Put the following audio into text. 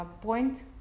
point